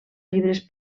llibres